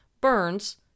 Burns